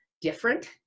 different